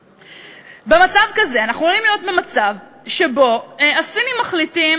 במצב כזה אנחנו עלולים להיות במצב שבו הסינים מחליטים